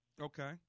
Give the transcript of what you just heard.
Okay